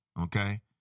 Okay